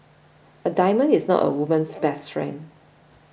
a diamond is not a woman's best friend